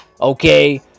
Okay